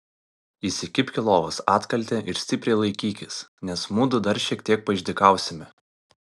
įsikibk į lovos atkaltę ir stipriai laikykis nes mudu dar šiek tiek paišdykausime